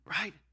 right